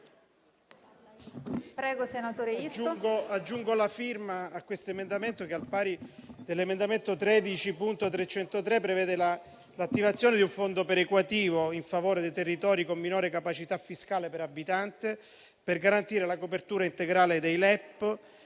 aggiungo la mia firma all'emendamento 13.301 che, al pari dell'emendamento 13.303, chiede che l'attivazione di un fondo per equativo in favore dei territori con minore capacità fiscale per abitante, per garantire la copertura integrale dei LEP,